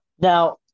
Now